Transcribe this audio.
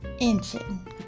engine